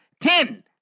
Ten